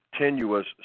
tenuous